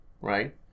right